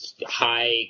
high